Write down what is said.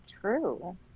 true